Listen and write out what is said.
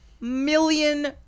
million